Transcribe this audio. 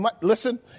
listen